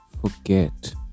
forget